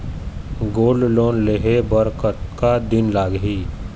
Gold loan लेहे बर कतका दिन लगही?